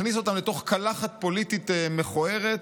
מכניס אותם לתוך קלחת פוליטית מכוערת,